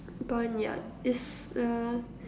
barnyard is uh